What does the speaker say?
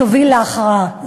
תוביל להכרעה.